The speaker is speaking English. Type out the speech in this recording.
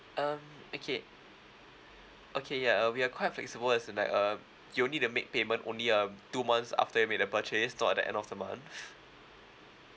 um okay okay ya uh we are quite flexible as in like um you will need to make payment only um two months after you made the purchase not at the end of the month